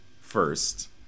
first